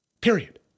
Period